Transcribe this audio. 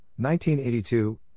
1982